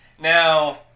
Now